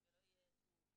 אז עדיף: